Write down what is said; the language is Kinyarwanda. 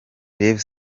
rev